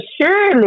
surely